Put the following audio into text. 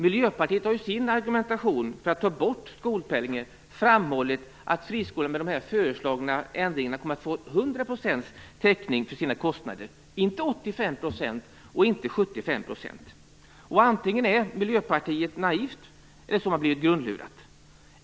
Miljöpartiet har i sin argumentation för att ta bort skolpengen framhållit att friskolan med de föreslagna ändringarna kommer att få 100 % täckning för sina kostnader, inte 85 % och inte 75 %. Antingen är Miljöpartiet naivt eller också har man blivit grundlurad.